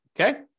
Okay